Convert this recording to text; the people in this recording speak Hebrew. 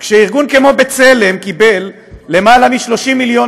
כשארגון כמו בצלם קיבל יותר מ-30 מיליון